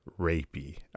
rapey